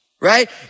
right